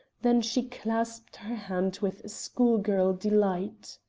than she clapped her hands with schoolgirl delight.